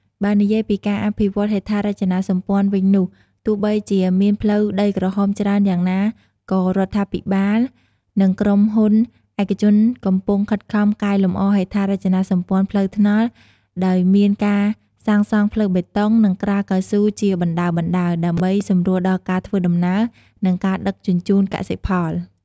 បើនិយាយពីការអភិវឌ្ឍន៍ហេដ្ឋារចនាសម្ព័ន្ធវិញនោះ ទោះបីជាមានផ្លូវដីក្រហមច្រើនយ៉ាងណាក៏រដ្ឋាភិបាលនិងក្រុមហ៊ុនឯកជនកំពុងខិតខំកែលម្អហេដ្ឋារចនាសម្ព័ន្ធផ្លូវថ្នល់ ដោយមានការសាងសង់ផ្លូវបេតុង និងក្រាលកៅស៊ូជាបណ្តើរៗ ដើម្បីសម្រួលដល់ការធ្វើដំណើរ និងការដឹកជញ្ជូនកសិផល។